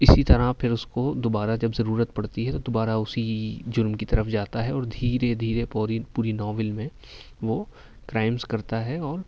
اسی طرح پھر اس کو دوبارہ جب ضرورت پڑتی ہے تو دوبارہ اسی جرم کی طرف جاتا ہے اور دھیرے دھیرے پَوری پوری ناول میں وہ کرائمس کرتا ہے اور